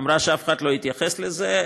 ואמרה שאף אחד לא התייחס לזה.